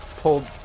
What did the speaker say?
pulled